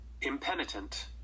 Impenitent